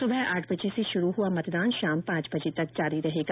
सुबह आठ बजे से शुरू हुआ मतदान शाम पांच बजे तक जारी रहेगा